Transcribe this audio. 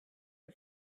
the